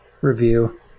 review